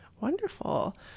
Wonderful